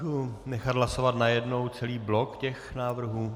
Můžu nechat hlasovat najednou celý blok těch návrhů?